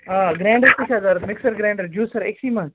آ گرٛینٛڈَر تہِ چھَا ضوٚرَتھ مِکسَر گرٛینٛڈَر جوٗسر أکۍسٕے منٛز